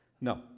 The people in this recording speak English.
No